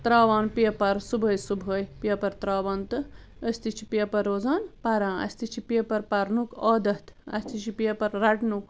ترٛاوان پیپر صُبحٲے صُبحٲے پیپر ترٛاوان تہٕ أسۍ تہِ چھِ پیپر روزان پَران اَسہِ تہِ چھِ پیپر پرنُک عادتھ اَسہِ تہِ چھِ پیپر رٹنُک